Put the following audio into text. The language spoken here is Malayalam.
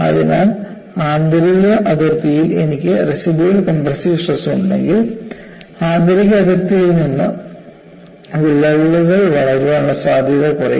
അതിനാൽ ആന്തരിക അതിർത്തിയിൽ എനിക്ക് റസിഡ്യൂവൽ കംപ്രസ്സീവ് സ്ട്രെസ് ഉണ്ടെങ്കിൽ ആന്തരിക അതിർത്തിയിൽ നിന്ന് വിള്ളലുകൾ വളരാനുള്ള സാധ്യത കുറയും